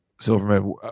Silverman